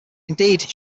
indeed